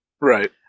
Right